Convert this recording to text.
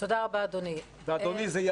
מעבר למופרכות בזה שמדינת ישראל מייחסת